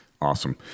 Awesome